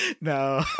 No